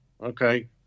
Okay